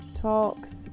talks